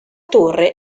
torre